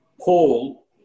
Paul